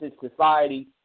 society